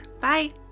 bye